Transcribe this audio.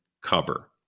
cover